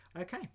okay